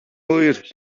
hwyr